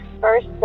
First